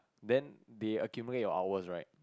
then they accumulate your hours right